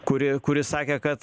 kuri kuri sakė kad